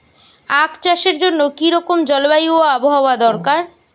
আখ চাষের জন্য কি রকম জলবায়ু ও আবহাওয়া দরকার?